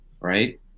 right